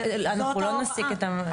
אנחנו לא נוכל להסיק את המסקנה.